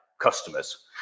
customers